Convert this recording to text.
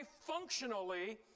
functionally